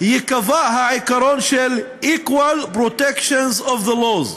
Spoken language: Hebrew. ייקבע העיקרון של equal protection of the law,